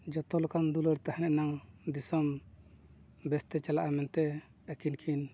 ᱡᱚᱛᱚ ᱞᱮᱠᱟᱱ ᱫᱩᱞᱟᱹᱲ ᱛᱟᱦᱮᱞᱮᱱᱟ ᱫᱤᱥᱚᱢ ᱵᱮᱥᱛᱮ ᱪᱟᱞᱟᱜᱼᱟ ᱢᱮᱱᱛᱮ ᱟᱹᱠᱤᱱ ᱠᱤᱱ